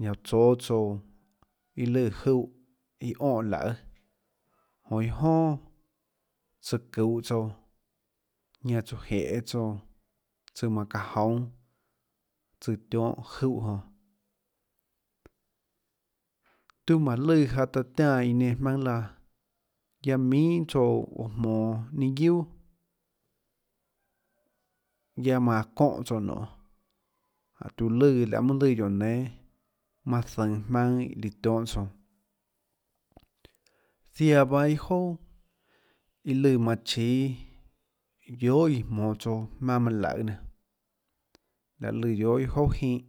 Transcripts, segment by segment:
Ñanã oã tsóâ tsouã iâ lùã júhã iâ onê laøê jonã iâ jonà tsøã çuuhå tsouã ñanã tsoã jenê tsouã tsøã manã çaã joúnâ tsøã tionhà júhã jonã tiuå mánå lùã jaå taå tiánã iã nenã jmaønâ laã guiaâ minhà tsouã uå jmonå ninâ guiuà guiaâ manã çóhã tsouã nionê jáhå taã lùã laê mønâ lùã guióå nénâ manã zønå jmaønâ iã líã tionhâ tsouã ziaã pahâ iâ jouà iâ lùã manã chíâ guiohà iã jmonå tsouã jmaønâ manã laøê nenã liaê lùã guiohà iâ jouà jínhã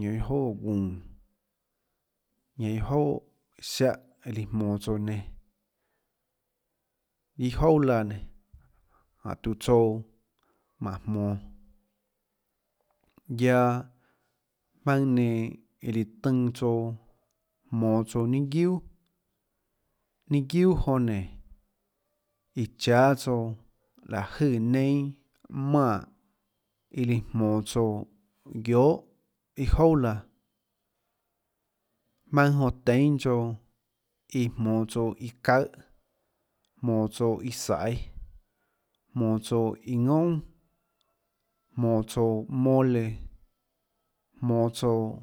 ñanã iâ jouà óå gúunå ñanã iâ jouà ziáhã líã jmonå tsouã iã nenã iâ jouà laã nénå jáhå tiuã tsouã mánhå jmonå guiaâ jmaønâ nenã iã liã tønã tsouã jmonå tsouã ninâ guiuà ninâ guiuàjonã nénå iã cháâ tsouã láhå jøè neinâ manè iã liã jmonå tsouã guiohà iâ jouà laã jmaønâ jonã téinâ tsouã iã jmonå tsouã íã çaùhã jmonå tsouã íã saiê jmonå tsouã íã ðounà jmonå tsouã mole jmonå tsouã.